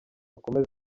ukomeze